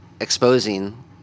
exposing